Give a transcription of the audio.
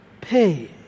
pay